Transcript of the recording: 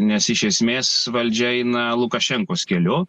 nes iš esmės valdžia eina lukašenkos keliu